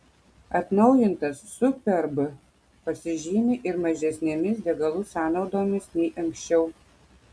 atnaujintas superb pasižymi ir mažesnėmis degalų sąnaudomis nei anksčiau